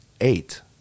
eight